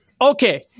okay